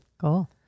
Cool